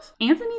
Anthony